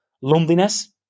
Loneliness